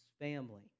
family